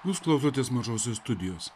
jūs klausotės mažosios studijos